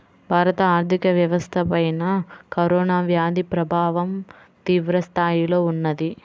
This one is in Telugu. భారత ఆర్థిక వ్యవస్థపైన కరోనా వ్యాధి ప్రభావం తీవ్రస్థాయిలో ఉన్నది